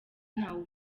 ntawe